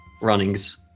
runnings